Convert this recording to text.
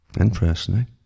Interesting